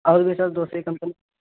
اور بھی سر دوسری کمپنی